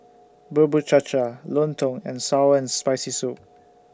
Bubur Cha Cha Lontong and Sour and Spicy Soup